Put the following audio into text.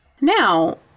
Now